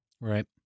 Right